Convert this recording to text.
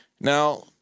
Now